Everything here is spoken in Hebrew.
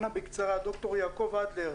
ד"ר יעקב אדלר,